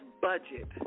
budget